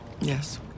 Yes